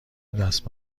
دست